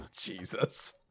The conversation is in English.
Jesus